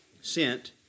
sent